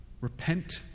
repent